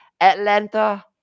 Atlanta